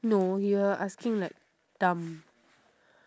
no you are asking like dumb